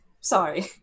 Sorry